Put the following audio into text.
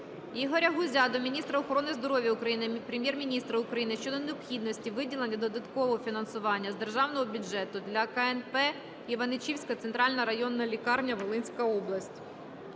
Ігоря Гузя до міністра охорони здоров'я України, Прем'єр-міністра України щодо необхідності виділення додаткового фінансування з державного бюджету для КНП "Іваничівська центральна районна лікарня" (Волинська область).